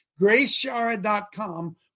GraceShara.com